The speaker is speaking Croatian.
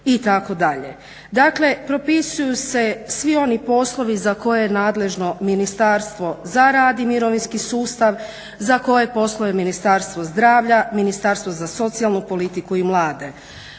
itd. Dakle, propisuju se svi oni poslovi za koje je nadležno Ministarstvo za rad i mirovinski sustav, za koje poslove Ministarstvo zdravlja, Ministarstvo za socijalnu politiku i mlade.